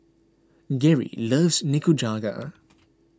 Geri loves Nikujaga